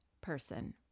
person